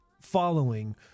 following